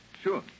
sure